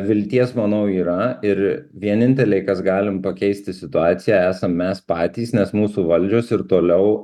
vilties manau yra ir vieninteliai kas galim pakeisti situaciją esam mes patys nes mūsų valdžios ir toliau